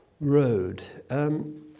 road